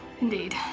Indeed